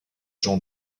gens